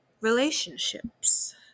relationships